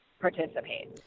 participate